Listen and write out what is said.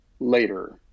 later